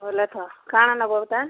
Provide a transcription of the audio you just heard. ହଉ ଲେଖ କାଣା ନବ